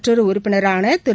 மற்றொருஉறுப்பினரானதிரு